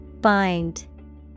Bind